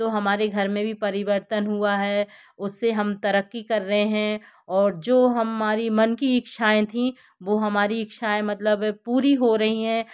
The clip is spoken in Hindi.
तो हमारे घर में भी परिवर्तन हुआ है उससे हम तरक्की कर रहे हैं और जो हमारी मन की इच्छाएँ थीं वो हमारी इच्छाएँ है मतलब है पूरी हो रही हैं